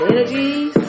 Energies